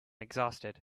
exhausted